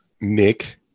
Nick